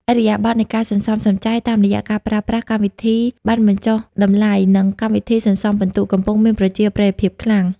ឥរិយាបថនៃការសន្សំសំចៃតាមរយៈការប្រើប្រាស់ "កម្មវិធីប័ណ្ណបញ្ចុះតម្លៃ" និង "កម្មវិធីសន្សំពិន្ទុ" កំពុងមានប្រជាប្រិយភាពខ្លាំង។